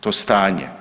To stanje.